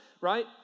right